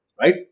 right